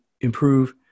improve